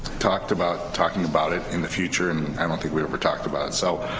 talked about talking about it in the future and i don't think we've ever talked about it so,